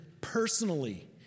personally